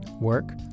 work